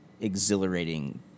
exhilarating